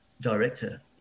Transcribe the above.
director